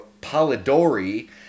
Polidori